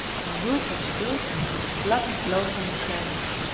and the room was filled with the pleasant glow from the flames.